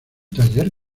taller